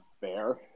fair